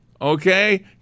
Okay